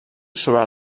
sobre